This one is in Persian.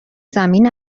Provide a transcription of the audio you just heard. زمین